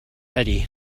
eddie